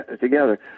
together